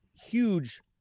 huge